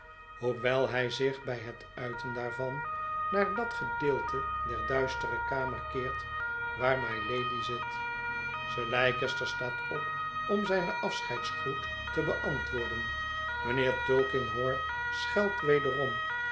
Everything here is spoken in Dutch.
hoewel hij zich bij hét uiten daarvan naar dat gedeelte der duistere kamer keert waar mylady zit sir leicester staat op om zijn afscheidsgroet te beantwoorden mijnheer tulkinghorn schelt wederom